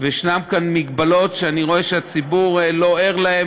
ויש כאן מגבלות שאני רואה שהציבור לא ער להן,